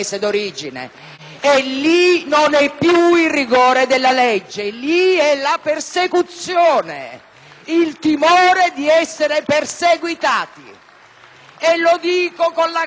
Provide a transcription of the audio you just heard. il timore di essere perseguitati. E lo dico con la consapevolezza e con l'assunzione di responsabilità piena sulla necessità di una regolamentazione,